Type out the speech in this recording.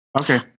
Okay